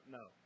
no